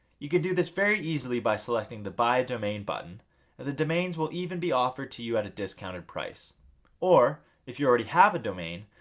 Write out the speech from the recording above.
you can do this very easily by selecting the buy a domain button and the domains will even be offered to you at a discounted price or if you already have domain,